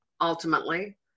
ultimately